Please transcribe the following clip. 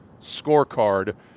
scorecard